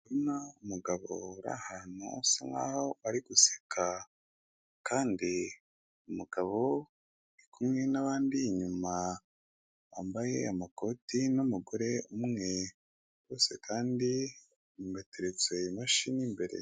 Ndabona umugabo uri ahantu asa nkaho ari guseka, kandi umugabo ari kumwe nabandi inyuma bambaye amakoti numugore umwe, bose kandi mbateretse imashini imbere.